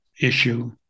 issue